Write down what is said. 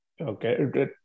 Okay